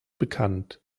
bekannt